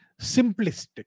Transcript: simplistic